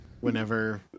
whenever